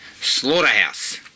Slaughterhouse